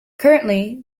currently